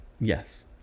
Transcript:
yes